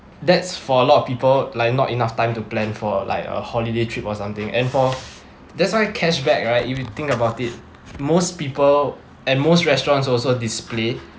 that's for a lot of people like not enough time to plan for like a holiday trip or something and for that's why cashback right if you think about it most people and most restaurants also display